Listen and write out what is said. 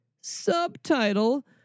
subtitle